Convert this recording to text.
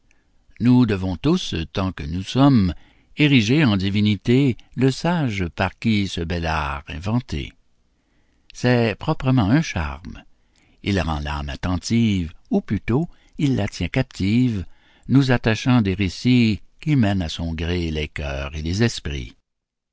nous devons tous tant que nous sommes ériger en divinité le sage par qui fut ce bel art inventé c'est proprement un charme il rend l'âme attentive ou plutôt il la tient captive nous attachant à des récits qui mènent à son gré les cœurs et les esprits